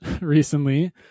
recently